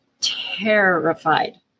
terrified